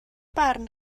barn